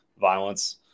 violence